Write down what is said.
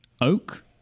oak